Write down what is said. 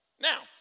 Now